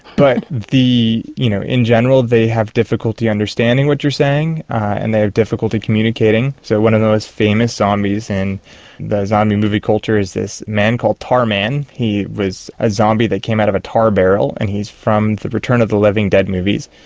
but you know in general they have difficulty understanding what you're saying and they have difficulty communicating. so one of the most famous zombies in zombie movie culture is this man called tarman, he was a zombie that came out of a tar barrel and he's from the return of the living dead movies,